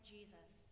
Jesus